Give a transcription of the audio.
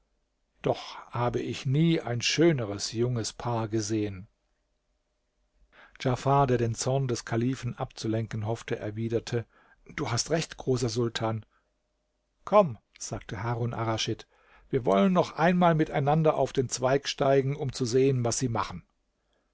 doch habe ich nie ein schöneres junges paar gesehen djafar der den zorn des kalifen abzulenken hoffte erwiderte du hast recht großer sultan komm sagte harun arraschid wir wollen noch einmal miteinander auf den zweig steigen um zu sehen was sie machen